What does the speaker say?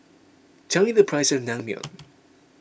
tell me the price of Naengmyeon